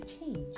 Change